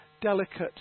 delicate